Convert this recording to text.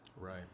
Right